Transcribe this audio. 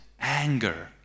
anger